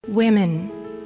women